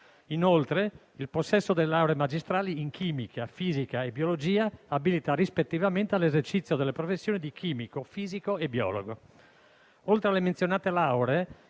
Inoltre, il possesso delle lauree magistrali in chimica fisica e biologia abilita rispettivamente all'esercizio delle professioni di chimico, fisico e biologico. Oltre alle menzionate lauree,